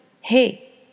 hey